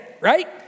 right